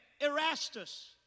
Erastus